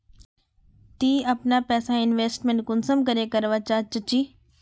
ती अपना पैसा इन्वेस्टमेंट कुंसम करे करवा चाँ चची?